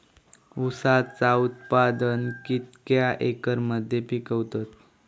ऊसाचा उत्पादन कितक्या एकर मध्ये पिकवतत?